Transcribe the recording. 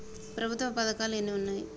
ప్రభుత్వ పథకాలు ఎన్ని ఉన్నాయి?